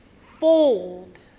fold